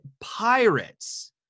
pirates